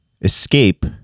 escape